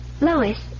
Lois